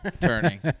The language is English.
turning